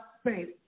space